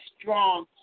strong